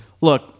Look